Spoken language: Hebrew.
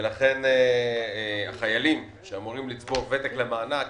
לכן החיילים שאמורים לצבור ותק למענק